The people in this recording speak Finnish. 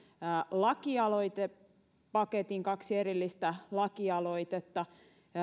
lakialoitepaketin kaksi erillistä lakialoitetta